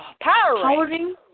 Powering